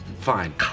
Fine